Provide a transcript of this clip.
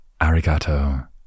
arigato